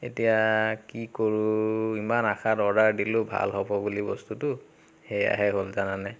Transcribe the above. এতিয়া কি কৰোঁ ইমান আশাত অৰ্ডাৰ দিলোঁ ভাল হ'ব বুলি বস্তুটো সেয়াহে হ'ল জানানে